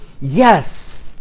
Yes